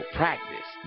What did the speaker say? practice